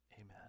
Amen